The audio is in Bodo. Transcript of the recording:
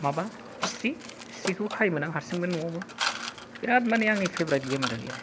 माबा हिस्रि हिस्रिखौ खायोमोन आं हारसिंमोन न'आवबो बिराद माने आंनि फेभरित गेम आरो बेयो